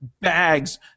bags